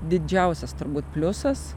didžiausias turbūt pliusas